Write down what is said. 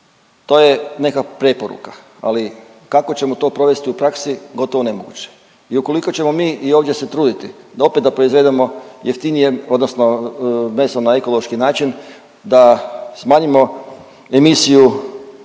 to je neka preporuka, ali kako ćemo to provesti u praksi, gotovo nemoguće i ukoliko ćemo mi i ovdje se truditi opet da proizvedemo jeftinije odnosno meso na ekološki način, da smanjimo emisiju